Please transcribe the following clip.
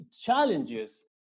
challenges